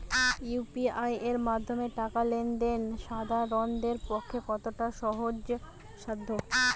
UPI এর মাধ্যমে টাকা লেন দেন সাধারনদের পক্ষে কতটা সহজসাধ্য?